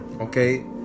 okay